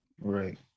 right